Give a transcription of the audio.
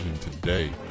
today